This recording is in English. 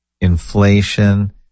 inflation